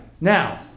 Now